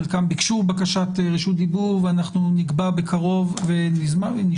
חלקם ביקשו בקשת רשות דיבור ואנחנו נקבע בקרוב ונשמע,